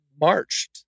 marched